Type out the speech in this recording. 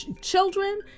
children